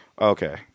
Okay